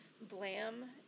blam